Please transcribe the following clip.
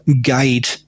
guide